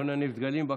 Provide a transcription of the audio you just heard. לא נניף דגלים בקמפוסים.